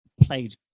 played